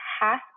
half